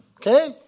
Okay